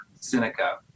Seneca